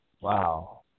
Wow